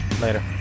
Later